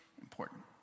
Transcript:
important